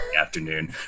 afternoon